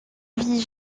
vit